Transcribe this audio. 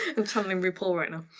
i'm channeling rapport right now.